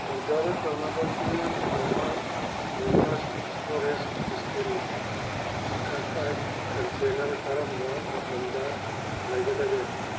order ꯇꯧꯅꯕꯒꯤꯗꯃꯛ ꯃꯦꯒꯅꯁ stores steel airtight container ꯀꯔꯝꯕ ꯃꯇꯝꯗ ꯂꯩꯒꯗꯒꯦ